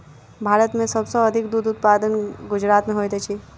भारत में सब सॅ अधिक दूध उत्पादन गुजरात में होइत अछि